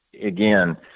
again